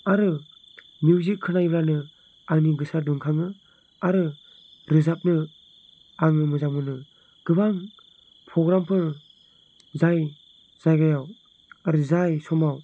आरो मिउजिक खोनायोब्लानो आंनि गोसोआ दुंखाङो आरो रोजाबनो आङो मोजां मोनो गोबां पग्रामफोर जाय जायगायाव आरो जाय समाव